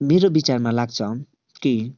मेरो विचारमा लाग्छ कि